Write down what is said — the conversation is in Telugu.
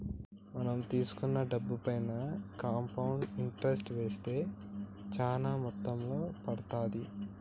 మనం తీసుకున్న డబ్బుపైన కాంపౌండ్ ఇంటరెస్ట్ వేస్తే చానా మొత్తంలో పడతాది